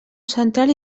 central